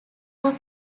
are